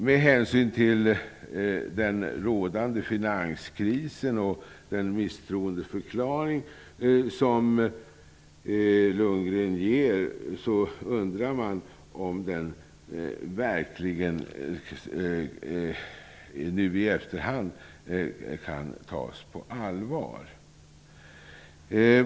Med hänsyn till rådande finanskris undrar man nu i efterhand om den misstroendeförklaring som Lundgren gör verkligen kan tas på allvar.